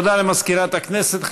תודה למזכירת הכנסת.